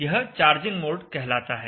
यह charging mode कहलाता है